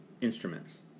instruments